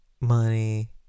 money